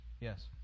Yes